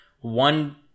one